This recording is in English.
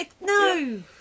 No